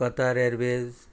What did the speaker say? कथा रेल्वेज